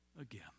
Again